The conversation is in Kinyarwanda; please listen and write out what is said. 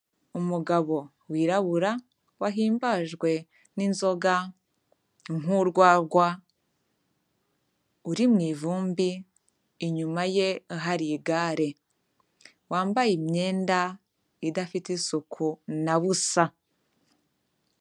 Umugabo wirabura wahimbajwe n'inzoga nk'urwagwa, uri mu ivumbi inyuma ye hari igare, wambaye imyenda idafite isuku na busa.